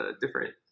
different